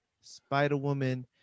Spider-Woman